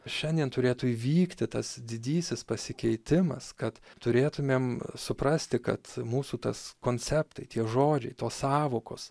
šiandien turėtų įvykti tas didysis pasikeitimas kad turėtumėm suprasti kad mūsų tas konceptai tie žodžiai tos sąvokos